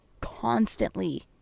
constantly